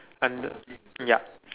and the ya